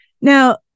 Now